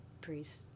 priests